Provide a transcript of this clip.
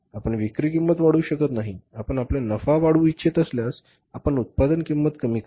आपण विक्री किंमत वाढवू शकत नाही आपण आपला नफा वाढवू इच्छित असल्यास आपण उत्पादन किंमत कमी करा